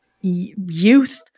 youth